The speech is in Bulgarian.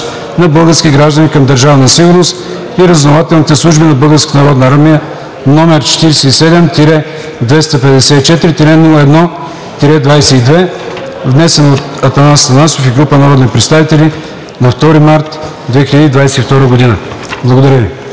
на български граждани към Държавна сигурност и разузнавателните служби на Българската народна армия, № 47-254-01-22, внесен от Атанас Атанасов и група народни представители на 2 март 2022 г.“ Благодаря Ви.